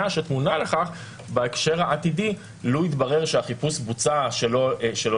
שטמונה לכך בהקשר העתידי לו יתברר שהחיפוש בוצע שלא